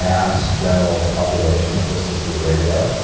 mass, general population that listens to the radio,